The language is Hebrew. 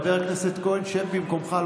חבר הכנסת כהן, שב במקומך.